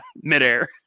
midair